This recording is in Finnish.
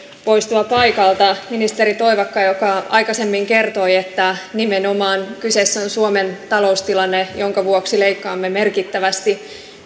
poistua paikalta ministeri toivakka joka aikaisemmin kertoi että kyseessä on nimenomaan suomen taloustilanne jonka vuoksi leikkaamme merkittävästi